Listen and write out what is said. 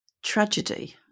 tragedy